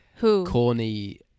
corny